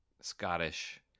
Scottish